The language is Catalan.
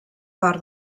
part